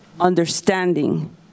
understanding